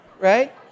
right